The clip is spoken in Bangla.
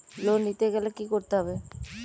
লোন নিতে গেলে কি করতে হবে?